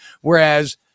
whereas